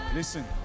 Listen